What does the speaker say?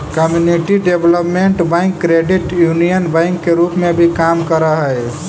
community development bank credit union bank के रूप में भी काम करऽ हइ